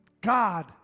God